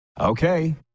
Okay